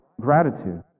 gratitude